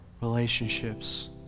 relationships